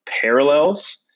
parallels